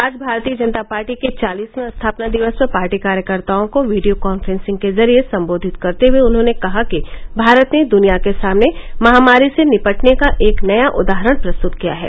आज भारतीय जनता पार्टी के चालीसवें स्थापना दिवस पर पार्टी कार्यकर्ताओं को वीडियो काफ्रेंसिंग के जरिये संबोधित करते हए उन्होंने कहा कि भारत ने दनिया के सामने महामारी से निपटने का एक नया उदाहरण प्रस्तत किया है